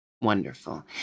Wonderful